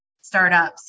startups